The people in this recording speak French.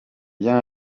bien